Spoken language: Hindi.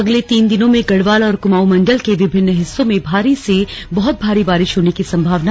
अगले तीन दिनों में गढ़वाल और कुमाऊवं मण्डल के विभिन्न हिस्सों में भारी से बहुत भारी बारिश होने की संभावना